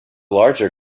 larger